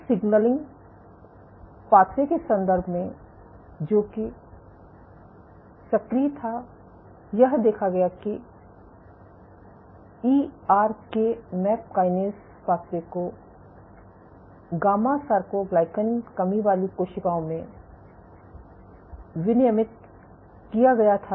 तो signalling pathway के संदर्भ में जो कि सक्रिय था यह देखा गया कि ईआरके मैप काइनेस पाथवे को गामा सार्कोग्लाइकैन कमी वाली कोशिकाओं में विनियमित किया गया था